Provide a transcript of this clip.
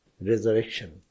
resurrection